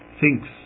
thinks